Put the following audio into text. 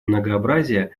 многообразия